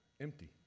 empty